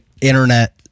Internet